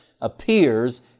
appears